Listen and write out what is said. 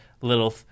little